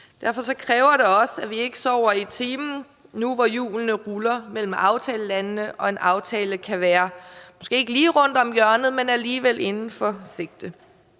Derfor kræver det også, at vi ikke sover i timen nu, hvor hjulene ruller mellem aftalelandene, og en aftale kan være, om ikke lige rundt om hjørnet, men alligevel inden for sigte.